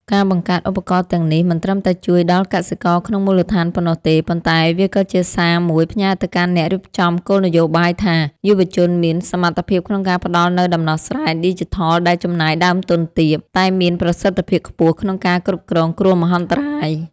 ការបង្កើតឧបករណ៍ទាំងនេះមិនត្រឹមតែជួយដល់កសិករក្នុងមូលដ្ឋានប៉ុណ្ណោះទេ ប៉ុន្តែវាក៏ជាសារមួយផ្ញើទៅកាន់អ្នករៀបចំគោលនយោបាយថា យុវជនមានសមត្ថភាពក្នុងការផ្ដល់នូវដំណោះស្រាយឌីជីថលដែលចំណាយដើមទុនទាប តែមានប្រសិទ្ធភាពខ្ពស់ក្នុងការគ្រប់គ្រងគ្រោះមហន្តរាយ។